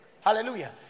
Hallelujah